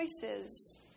choices